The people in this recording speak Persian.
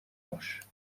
باش